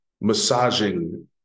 massaging